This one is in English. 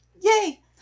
yay